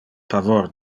pavor